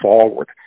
forward